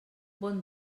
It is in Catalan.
bon